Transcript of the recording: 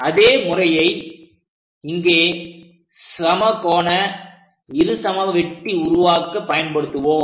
அதே முறையை இங்கே சம கோண இருசம வெட்டி உருவாக்க பயன்படுத்துவோம்